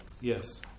Yes